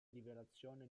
rivelazione